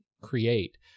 create